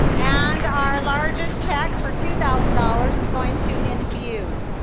and our largest check for two thousand dollars is going to infuze.